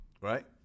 right